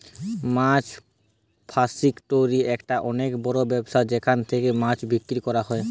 মাছ ফাসিকটোরি একটা অনেক বড় ব্যবসা যেখান থেকে মাছ বিক্রি করা হয়